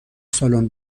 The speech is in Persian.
سالن